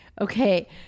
Okay